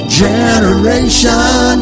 generation